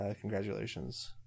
Congratulations